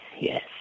yes